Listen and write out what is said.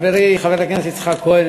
חברי חבר הכנסת יצחק כהן,